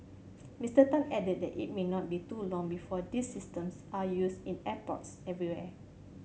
Mister Tan added that it may not be too long before these systems are used in airports everywhere